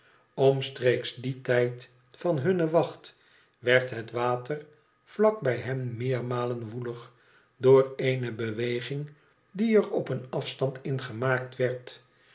omstreeks dien tijd van hunne wacht werd het water vlak bij hen meermalen woelig door eene bewegg die er op een afstand in gemaakt werd